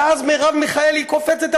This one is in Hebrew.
ואז מרב מיכאלי קופצת,